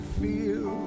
feel